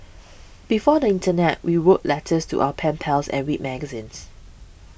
before the internet we wrote letters to our pen pals and read magazines